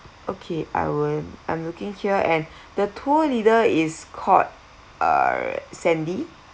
okay I will I'm looking here and the tour leader is called uh sandy